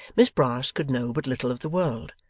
miss brass could know but little of the world,